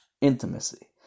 intimacy